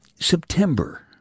September